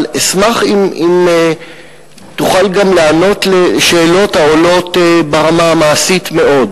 אבל אשמח אם תוכל גם לענות על שאלות שעולות ברמה המעשית מאוד.